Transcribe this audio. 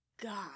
God